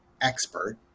expert